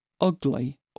ugly